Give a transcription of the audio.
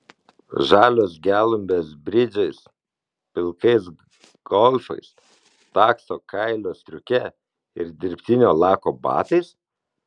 žalios gelumbės bridžais pilkais golfais takso kailio striuke ir dirbtinio lako batais